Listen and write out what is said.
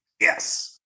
Yes